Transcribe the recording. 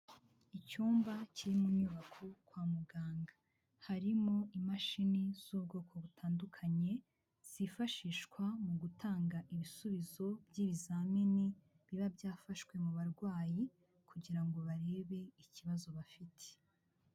Icyumba kiri mu nyubako kwa muganga, harimo imashini z'ubwoko butandukanye zifashishwa mu gutanga ibisubizo by'ibizamini biba byafashwe mu barwayi kugira ngo barebe ikibazo bafite.